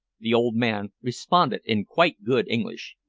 the old man responded in quite good english.